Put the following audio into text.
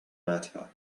matter